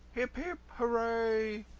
hip, hip, hooray,